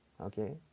okay